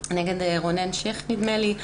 נגד רונן שיך, נדמה לי.